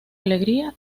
alegría